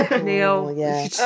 Neil